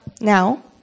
Now